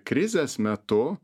krizės metu